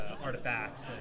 artifacts